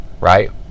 right